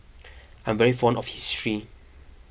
I'm very fond of history